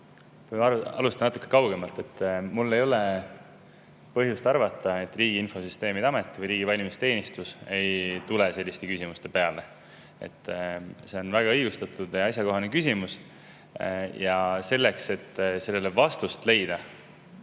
Ma alustan natuke kaugemalt. Mul ei ole põhjust arvata, et Riigi Infosüsteemi Amet või riigi valimisteenistus ei tule selliste küsimuste peale. See on väga õigustatud ja asjakohane küsimus. Selleks, et sellele vastust leida,